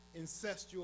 incestual